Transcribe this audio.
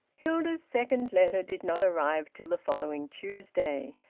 hilda's second letter did not arrive till the following tuesday,